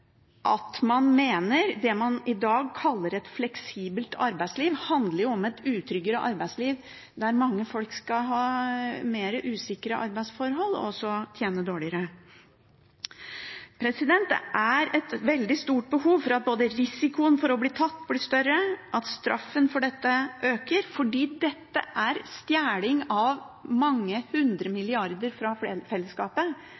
at man mener at det man i dag kaller et fleksibelt arbeidsliv – som vil si et mer utrygt arbeidsliv og mer usikre arbeidsforhold – gjør at mange vil tjene dårligere. Det er et veldig stort behov for at både risikoen for å bli tatt blir større, at straffen for dette øker, fordi dette er stjeling av mange